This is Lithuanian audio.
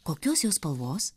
kokios jos spalvos